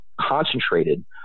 concentrated